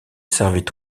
servait